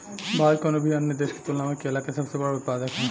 भारत कउनों भी अन्य देश के तुलना में केला के सबसे बड़ उत्पादक ह